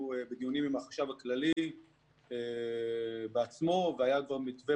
בדיונים עם החשב הכללי וכבר היה מתווה,